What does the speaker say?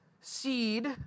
seed